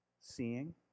Seeing